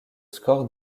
score